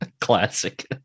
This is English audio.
Classic